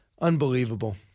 Unbelievable